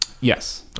Yes